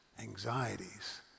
anxieties